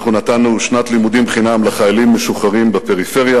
אנחנו נתנו שנת לימודים חינם לחיילים משוחררים בפריפריה.